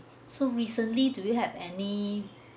so recently do you have any